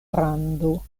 grando